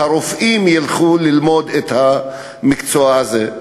שהרופאים ילכו ללמוד את המקצוע הזה.